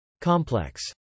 Complex